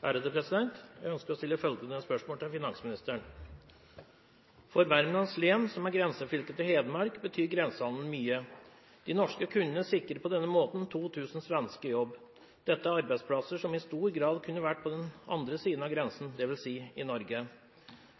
Jeg ønsker å stille følgende spørsmål til finansministeren: «For Värmlands län, som er grensefylke til Hedmark, betyr grensehandelen mye. De norske kundene sikrer på denne måten 2 000 svensker jobb. Dette er arbeidsplasser som i stor grad kunne vært på den andre siden av grensen, dvs. i Norge.